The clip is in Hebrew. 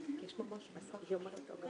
הנשים החרדיות הרבה פעמים מועסקות דרך חברות קבלן